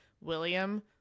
William